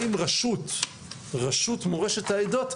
האם רשות מורשת העדות,